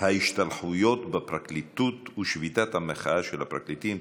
ההשתלחויות בפרקליטות ושביתת המחאה של הפרקליטים,